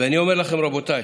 ואני אומר לכם, רבותיי,